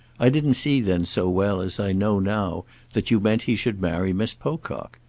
i didn't see then so well as i know now that you meant he should marry miss pocock.